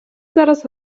зараз